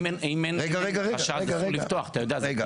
אם אין הרשעה, הם לא יכולים לפתוח.